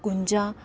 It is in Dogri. कुंजा